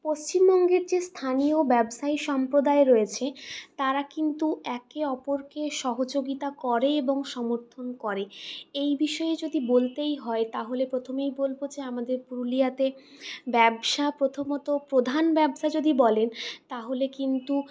পশ্চিমবঙ্গের যে স্থানীয় ব্যবসায়ী সম্প্রদায় রয়েছে তারা কিন্তু একে অপরকে সহযোগিতা করে এবং সমর্থন করে এই বিষয়ে যদি বলতেই হয় তাহলে প্রথমেই বলব যে আমাদের পুরুলিয়াতে ব্যবসা প্রথমত প্রধান ব্যবসা যদি বলেন তাহলে কিন্তু